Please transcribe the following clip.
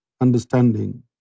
understanding